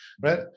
Right